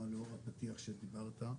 לאור הפתיח שדיברת,